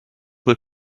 will